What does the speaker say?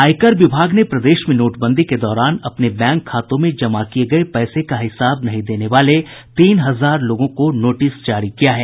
आयकर विभाग ने प्रदेश में नोटबंदी के दौरान अपने बैंक खातों में जमा किये गये पैसे का हिसाब नहीं देने वाले तीन हजार लोगों को नोटिस जारी किया है